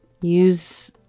use